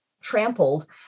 trampled